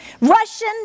Russian